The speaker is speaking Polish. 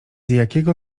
jakiego